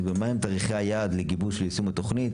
ביטון מה תאריכי היעד לגיבוש לסיום התוכנית?